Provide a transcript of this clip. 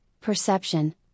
perception